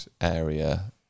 area